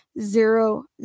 zero